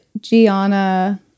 Gianna